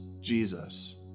Jesus